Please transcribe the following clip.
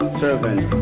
servant